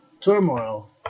turmoil